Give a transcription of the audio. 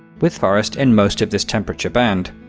with forest in most of this temperature band.